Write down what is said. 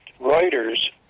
Reuters